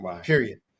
period